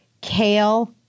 kale